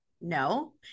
no